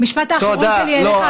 המשפט האחרון שלי אליך,